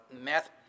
math